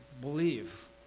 believe